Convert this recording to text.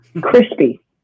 Crispy